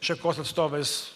šakos atstovais